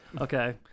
Okay